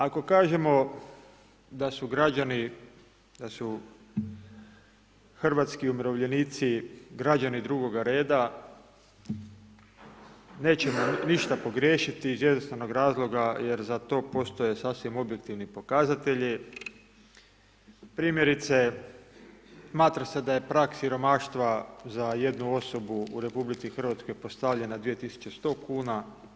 Ako kažemo da su građani, da su hrvatski umirovljenici građani drugoga reda, nećemo ništa pogriješiti iz jednostavnog razloga jer za to postoje sasvim objektivni pokazatelji, primjerice, smatra se da je prag siromaštva za jednu osobu u Republici Hrvatskoj postavljena 2100 kuna.